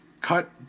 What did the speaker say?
Cut